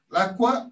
L'acqua